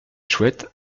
chouettes